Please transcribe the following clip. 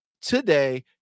Today